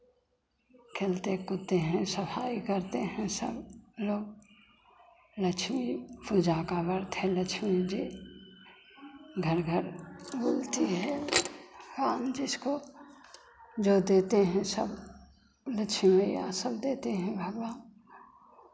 खेलते कूदते हैं सफाई करते हैं सब लोग लक्ष्मी पूजा का व्रत है लक्ष्मी जी घर घर बोलती है हम जिसको जो देते हैं सब लक्ष्मी सब देते हैं भगवान